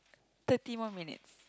thirty one minutes